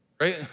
right